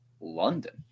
London